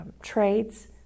trades